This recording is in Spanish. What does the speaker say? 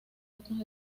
otros